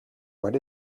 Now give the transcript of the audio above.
what